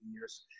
years